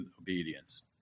obedience